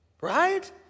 right